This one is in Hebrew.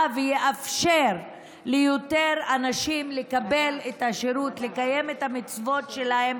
ויאפשר ליותר אנשים לקבל את השירות ולקיים את המצוות שלהם